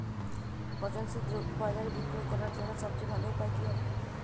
পচনশীল দ্রব্য বাজারে বিক্রয় করার জন্য সবচেয়ে ভালো উপায় কি হবে?